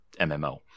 MMO